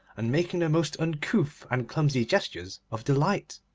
and making the most uncouth and clumsy gestures of delight.